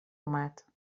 آمد